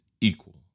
equal